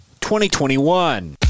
2021